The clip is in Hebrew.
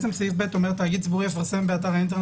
סעיף ב אומר: (ב)תאגיד ציבורי יפרסם באתר האינטרנט